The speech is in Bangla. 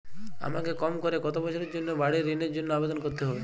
আমাকে কম করে কতো বছরের জন্য বাড়ীর ঋণের জন্য আবেদন করতে হবে?